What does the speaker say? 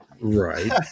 Right